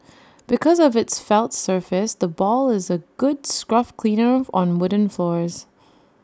because of its felt surface the ball is A good scruff cleaner on wooden floors